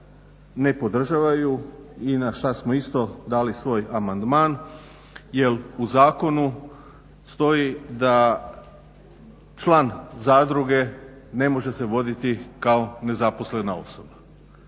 ne podržavaju i na šta smo isto dali svoj amandman jer u zakonu stoji da član zadruge ne može se voditi kao nezaposlena osoba.